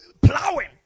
plowing